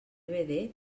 que